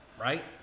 right